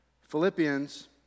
Philippians